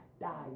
die